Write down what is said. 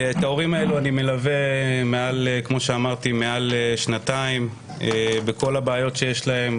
את ההורים האלו אני מלווה מעל שנתיים בכל הבעיות שיש להם,